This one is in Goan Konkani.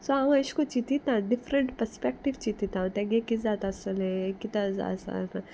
सो हांव एशें कोन्न चिंतिता डिफरंट पर्सपेक्टीव चितिता तेंगे कित जाता आसतोलें कितें जाय आसा